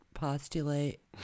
postulate